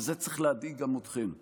וזה צריך להדאיג גם אתכם מאוד,